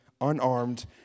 unarmed